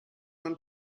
man